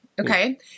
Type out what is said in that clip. Okay